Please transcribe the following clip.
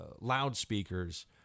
loudspeakers